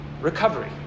Recovery